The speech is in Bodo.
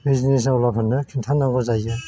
बिजनेस आवलाफोरनो खिन्थानांगौ जायोना